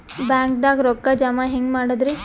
ಬ್ಯಾಂಕ್ದಾಗ ರೊಕ್ಕ ಜಮ ಹೆಂಗ್ ಮಾಡದ್ರಿ?